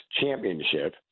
championship